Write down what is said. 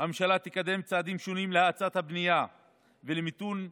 הממשלה תקדם צעדים שונים להאצת הבנייה ולמיתון ביקושים.